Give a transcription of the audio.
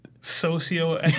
socio